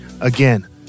Again